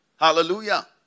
Hallelujah